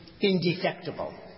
indefectible